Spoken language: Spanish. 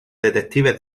detectives